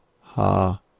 ha